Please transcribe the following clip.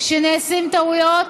כשנעשים טעויות,